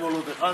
אתמול עוד אחד,